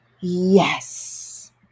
yes